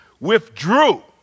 withdrew